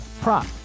prop